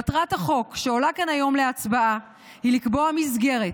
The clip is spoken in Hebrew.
מטרת החוק שעולה כאן היום להצבעה היא לקבוע מסגרת